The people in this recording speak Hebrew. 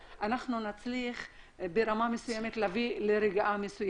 נצליח ברמה מסוימת להביא לרגיעה.